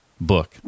book